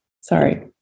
sorry